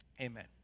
amen